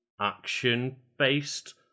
action-based